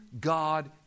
God